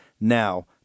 now